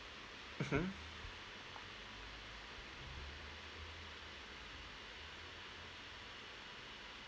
mmhmm